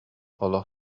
олох